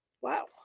Wow